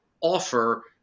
offer